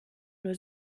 nur